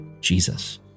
Jesus